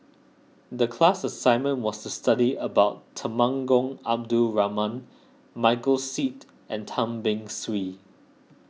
the class assignment was to study about Temenggong Abdul Rahman Michael Seet and Tan Beng Swee